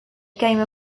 game